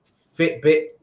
fitbit